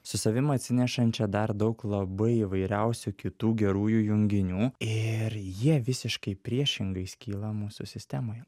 su savim atsinešančią dar daug labai įvairiausių kitų gerųjų junginių ir jie visiškai priešingai skyla mūsų sistemoje